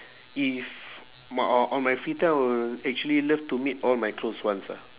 if m~ o~ on my free time I will actually love to meet all my close ones ah